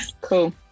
Cool